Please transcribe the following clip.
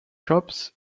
shops